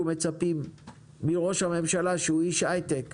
אנחנו מצפים מראש הממשלה, שהוא איש הייטק,